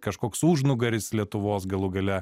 kažkoks užnugaris lietuvos galų gale